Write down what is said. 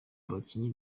bakinnyi